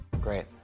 Great